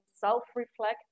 self-reflect